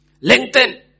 Lengthen